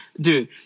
Dude